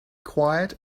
quiet